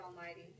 Almighty